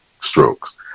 strokes